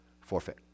forfeit